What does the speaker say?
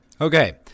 Okay